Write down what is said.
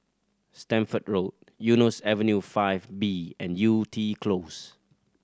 Stamford Road Eunos Avenue Five B and Yew Tee Close